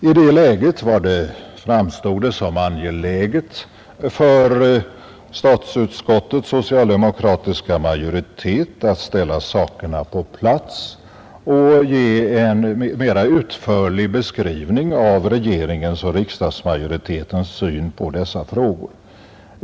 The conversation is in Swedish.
I det läget framstod det som angeläget för statsutskottets socialdemokratiska majoritet att ställa sakerna på plats och ge en mera utförlig beskrivning av regeringens och riksdagsmajoritetens syn på dessa frågor.